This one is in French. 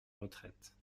retraite